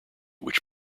which